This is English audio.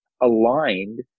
aligned